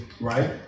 Right